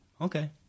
okay